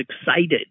excited